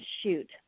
shoot